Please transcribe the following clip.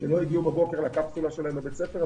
שלא הגיעו בבוקר לקפסולה שלהם בבית הספר,